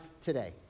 today